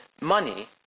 money